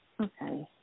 Okay